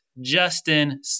Justin